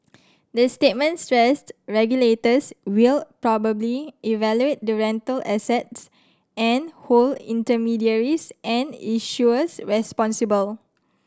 the statement stressed regulators will properly evaluate the rental assets and hold intermediaries and issuers responsible